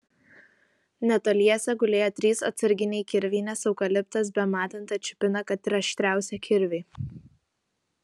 netoliese gulėjo trys atsarginiai kirviai nes eukaliptas bematant atšipina kad ir aštriausią kirvį